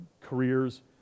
careers